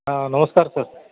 हां नमस्कार सर